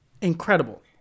Incredible